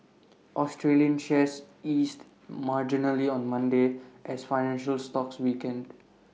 Australian shares eased marginally on Monday as financial stocks weakened